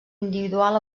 individual